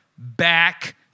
back